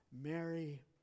Mary